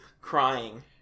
crying